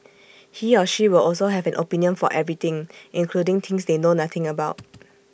he or she will also have an opinion for everything including things they know nothing about